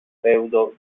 feudo